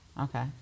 Okay